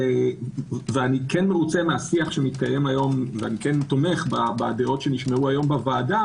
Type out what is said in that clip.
ואני כן מרוצה מהשיח שמתקיים היום ותומך בדעות שנשמעו היום בוועדה